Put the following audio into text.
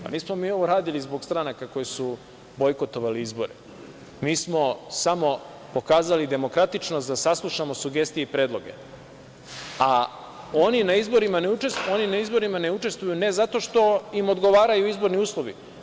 Pa, nismo mi ovo radili zbog stranaka koje su bojkotovale izbore, mi smo samo pokazali demokratičnost da saslušamo sugestije i predloge, a oni na izborima ne učestvuju ne zato što im odgovaraju izborni uslovi…